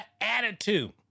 attitude